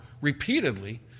repeatedly